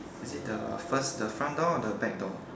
is it the first the front door or the back door